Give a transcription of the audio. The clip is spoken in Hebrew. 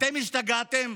אתם השתגעתם?